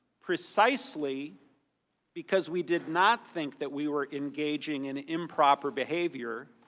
precisely because we did not think that we were engaging in improper behavior,